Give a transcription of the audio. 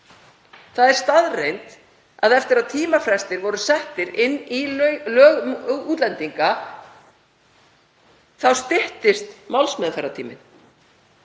Það er staðreynd að eftir að tímafrestir voru settir inn í lög um útlendinga þá styttist málsmeðferðartíminn.